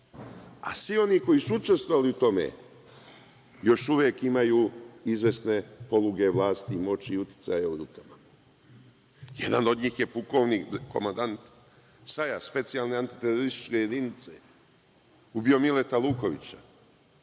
Svi oni koji su učestvovali u tome još uvek imaju izvesne poluge vlasti i moći i uticaja u rukama. Jedan od njih je komandant SAJ-a, Specijalne antiterorističke jedinice, ubio Mileta Lukovića.